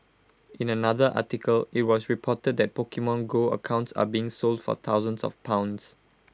in another article IT was reported that Pokemon go accounts are being sold for thousands of pounds